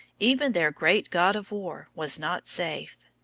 even their great god of war was not safe.